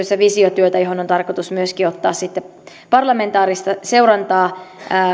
kanssa yhteistyössä visiotyötä johon on tarkoitus myöskin ottaa sitten parlamentaarista seurantaa